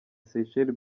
seychelles